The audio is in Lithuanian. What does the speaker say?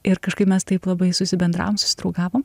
ir kažkaip mes taip labai susibendravom susidraugavom